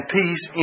peace